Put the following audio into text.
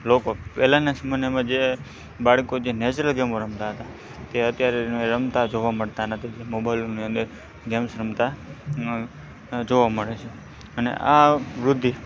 લોકો પહેલાના સમયનામાં જે લોકો બાળકો છે એ નેચરલ ગેમો રમતા હતા તે અત્યારે રમતા જોવા મળતા નથી કેમ કે મોબાઈલની અંદર ગેમ્સ રમતા એ જોવા મળે છે અને આ વૃદ્ધિ